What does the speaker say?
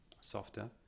softer